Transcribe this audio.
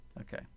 Okay